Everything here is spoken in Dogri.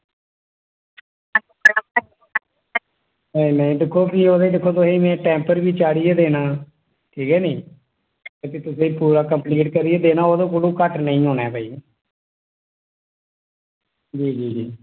ते दिक्खो भई दिक्खो ओह्दे भी में तुसेंगी टैंपर बी चाढ़ियै देना ठीक ऐ नी ते पूरा तुसेंगी कंप्लीट करियै देना होग ते ओह्दे कोला घट्ट निं होना ऐ जी जी जी